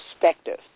perspective